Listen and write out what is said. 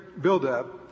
buildup